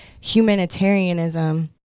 humanitarianism